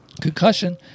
concussion